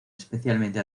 especialmente